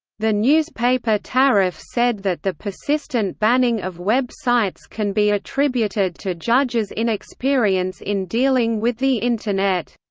the newspaper taraf said that the persistent banning of web sites can be attributed to judges inexperience in dealing with the internet.